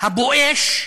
הם